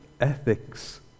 ethics